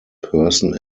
person